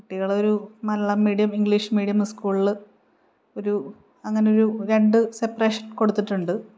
കുട്ടികളൊരു Malayalam medium English medium സ്കൂളിൽ ഒരു അങ്ങനെയൊരു രണ്ടു സെപ്പറേഷൻ കൊടുത്തിട്ടുണ്ട്